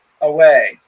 away